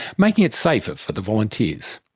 making it safer for the volunteers.